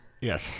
Yes